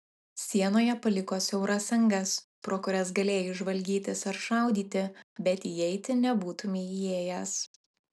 sienoje paliko siauras angas pro kurias galėjai žvalgytis ar šaudyti bet įeiti nebūtumei įėjęs